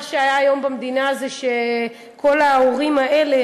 מה שהיה עד היום במדינה זה שכל ההורים האלה